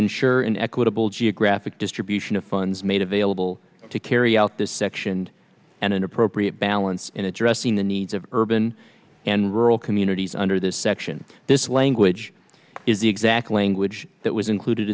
ensure an equitable geographic distribution of funds made available to carry out this section and an appropriate balance in addressing the needs of urban and rural communities under this section this language is the exact language that was included